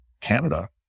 Canada